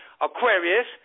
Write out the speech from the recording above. Aquarius